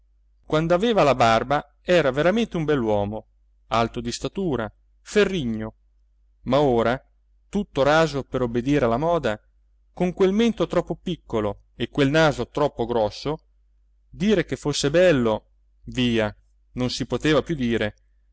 camera quand'aveva la barba era veramente un bell'uomo alto di statura ferrigno ma ora tutto raso per obbedire alla moda con quel mento troppo piccolo e quel naso troppo grosso dire che fosse bello via non si poteva più dire